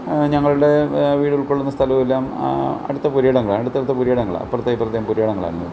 ഞങ്ങളുടെ വീട് ഉൾക്കൊള്ളുന്ന സ്ഥലമെല്ലാം അടുത്ത പുരയിടങ്ങള അടുത്തടുത്ത പുരയിടങ്ങള അപ്പുറത്തേയും ഇപ്പുറത്തേയും പുരയിടങ്ങളായിരുന്നു